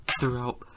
throughout